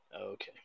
Okay